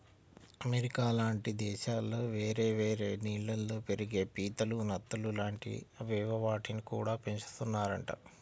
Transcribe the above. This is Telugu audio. అమెరికా లాంటి దేశాల్లో వేరే వేరే నీళ్ళల్లో పెరిగే పీతలు, నత్తలు లాంటి అవేవో వాటిని గూడా పెంచుతున్నారంట